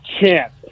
chance